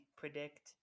predict